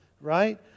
right